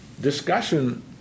discussion